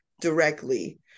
directly